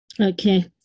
Okay